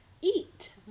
eat